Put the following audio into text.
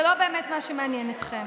זה לא באמת מה שמעניין אתכם.